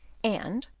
and,